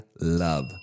love